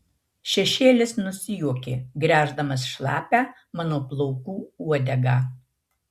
šešėlis nusijuokė gręždamas šlapią mano plaukų uodegą